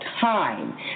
time